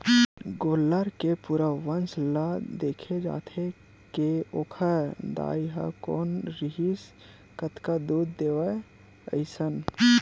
गोल्लर के पूरा वंस ल देखे जाथे के ओखर दाई ह कोन रिहिसए कतका दूद देवय अइसन